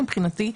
מבחינתי,